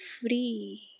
free